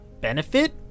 benefit